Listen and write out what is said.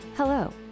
Hello